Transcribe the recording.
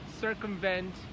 circumvent